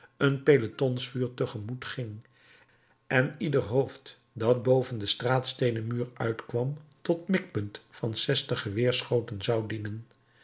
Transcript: een pelotonsvuur te gemoet ging en ieder hoofd dat boven den straatsteenen muur uitkwam tot mikpunt van zestig geweerschoten zou dienen